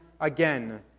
again